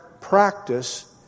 practice